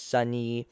Sunny